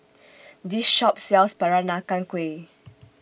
This Shop sells Peranakan Kueh